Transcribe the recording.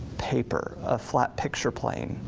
paper, a flat picture plane,